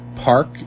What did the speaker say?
Park